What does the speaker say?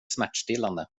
smärtstillande